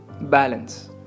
Balance